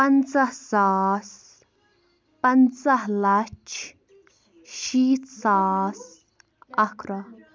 پَنٛژاہ ساس پَنٛژاہ لچھ شیٖتھ ساس اکھ رۄپاے